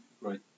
right